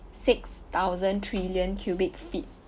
six thousand trillion cubic feet